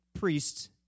priests